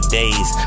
days